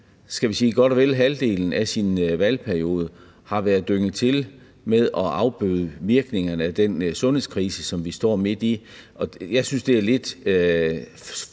skal vi sige, godt og vel halvdelen af sin valgperiode har været dynget til med at afbøde virkningerne af den sundhedskrise, som vi står midt i, og jeg synes, det er lidt flot at sige,